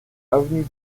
avenue